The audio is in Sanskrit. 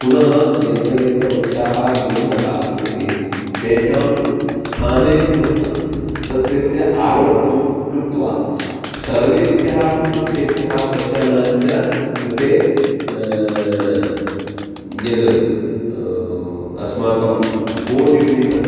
पुनः यत्र यत्र वृक्षाः दिवङ्गतास्सन्ति तेषां स्थाने पुनः सस्यस्य आरोपणं कृत्वा सर्वेभ्यः वृक्षेभ्यः सस्यानां च कृते यद् अस्माकं गोनिर्मितं